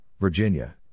Virginia